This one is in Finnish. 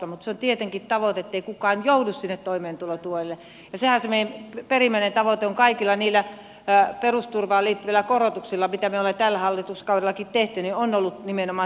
mutta se on tietenkin tavoite ettei kukaan joudu sinne toimeentulotuelle ja nimenomaan tämähän on se meidän perimmäinen tavoitteemme ollut kaikilla niillä perusturvaan liittyvillä korotuksilla mitä me olemme tällä hallituskaudella tehneet